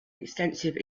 extensive